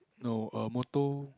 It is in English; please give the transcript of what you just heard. no err motto